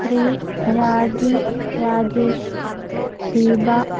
Shri Rakhi Rajesh Deepa